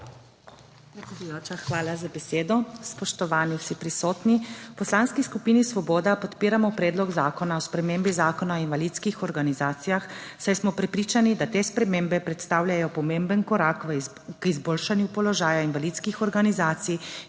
hvala za besedo. Spoštovani vsi prisotni! V Poslanski skupini Svoboda podpiramo Predlog zakona o spremembi Zakona o invalidskih organizacijah, saj smo prepričani, da te spremembe predstavljajo pomemben korak k izboljšanju položaja invalidskih organizacij